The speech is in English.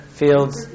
fields